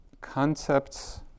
Concepts